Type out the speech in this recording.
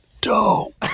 dope